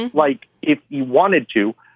like if he wanted to,